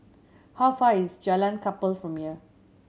how far is Jalan Kapal from here